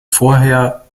vorher